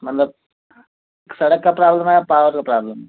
मतलब सड़क का प्राब्लम है या पावर का प्राब्लम